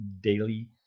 daily